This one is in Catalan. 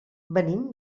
venim